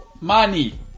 Money